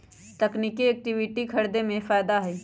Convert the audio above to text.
तकनिकिये इक्विटी खरीदे में फायदा हए